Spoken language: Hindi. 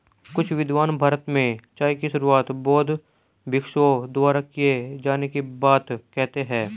कुछ विद्वान भारत में चाय की शुरुआत बौद्ध भिक्षुओं द्वारा किए जाने की बात कहते हैं